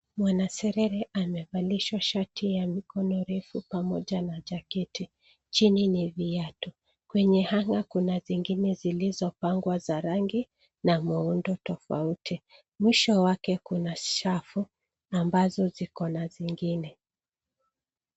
Mwanaserere amevalishwa shati ya mikono refu pamoja na jaketi. Chini ni viatu. Kwenye hanger kuna zingine zilizopangwa za rangi na muundo tofauti. Mwisho wake kuna safu ambazo zikona zingine.